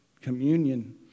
communion